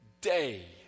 day